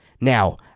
Now